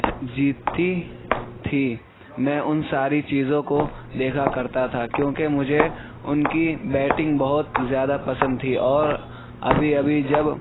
جیتتی تھی میں ان ساری چیزوں کو دیکھا کرتا تھا کیونکہ مجھے ان کی بیٹنگ بہت زیادہ پسند تھی اور ابھی ابھی جب